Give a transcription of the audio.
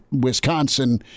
Wisconsin